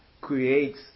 creates